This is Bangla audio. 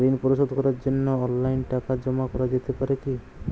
ঋন পরিশোধ করার জন্য অনলাইন টাকা জমা করা যেতে পারে কি?